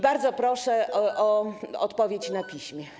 Bardzo proszę o odpowiedź na piśmie.